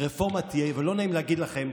רפורמה תהיה,